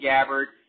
Gabbard